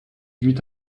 huit